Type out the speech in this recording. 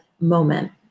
moment